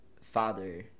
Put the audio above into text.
father